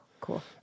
cool